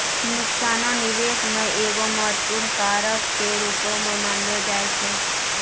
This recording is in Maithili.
नुकसानो निबेश मे एगो महत्वपूर्ण कारक के रूपो मानलो जाय छै